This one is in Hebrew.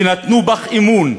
שנתנו בך אמון,